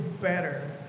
better